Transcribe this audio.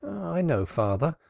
i know, father,